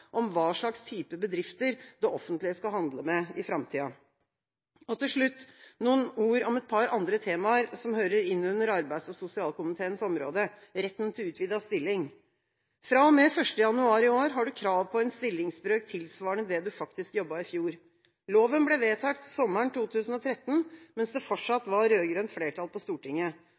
om hva slags type bedrifter det offentlige skal handle med i framtida. Til slutt noen ord om et par andre temaer som hører inn under arbeids- og sosialkomiteens område. Retten til utvidet stilling: Fra og med 1. januar i år har du krav på en stillingsbrøk tilsvarende det du faktisk jobbet i fjor. Loven ble vedtatt sommeren 2013, mens det